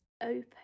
open